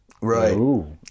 Right